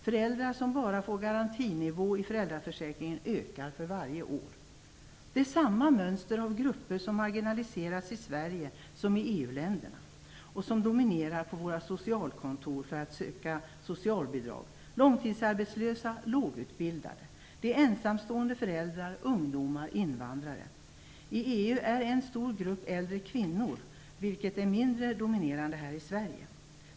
Föräldrar som bara får garantinivå i föräldraförsäkringen ökar för varje år. Det är samma mönster av grupper som marginaliseras i Sverige som i EU-länderna och som dominerar på våra socialkontor för att söka socialbidrag. Det gäller långtidsarbetslösa, lågutbildade. Det gäller ensamstående föräldrar, ungdomar och invandrare. I EU utgörs en stor grupp av äldre kvinnor, vilket är mindre dominerande här i Sverige.